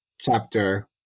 chapter